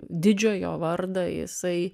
didžiojo vardą jisai